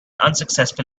unsuccessful